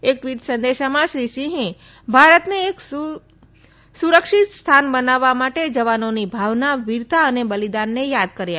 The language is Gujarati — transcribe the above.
એક ટવીટ સંદેશામાં શ્રી સિંહે ભારતને એક સુરક્ષિત સ્થાન બનાવવા માટે જવાનોની ભાવના વીરતા અને બલીદાનને યાદ કર્યા